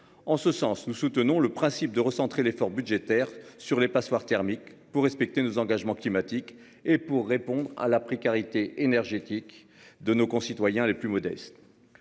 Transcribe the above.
en ce sens, nous soutenons le principe de recentrer l'effort budgétaire sur les passoires thermiques pour respecter nos engagements climatiques et pour répondre à la précarité énergétique de nos concitoyens les plus modestes.